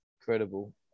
Incredible